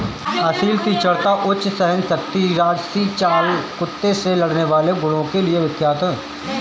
असील तीक्ष्णता, उच्च सहनशक्ति राजसी चाल कुत्ते से लड़ने वाले गुणों के लिए विख्यात है